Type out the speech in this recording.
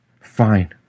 Fine